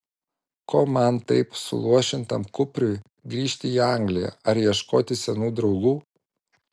ko man taip suluošintam kupriui grįžti į angliją ar ieškoti senų draugų